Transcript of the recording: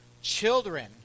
Children